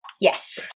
Yes